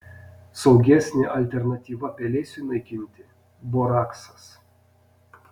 saugesnė alternatyva pelėsiui naikinti boraksas